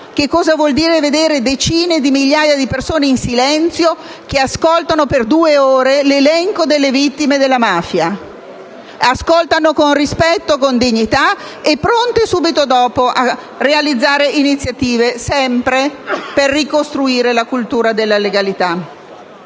sa cosa voglia dire vedere decine di migliaia di persone in silenzio che ascoltano per due ore l'elenco delle vittime della mafia: lo fanno con rispetto e dignità, pronti subito dopo a realizzare iniziative sempre per ricostruire la cultura della legalità.